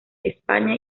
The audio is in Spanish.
españa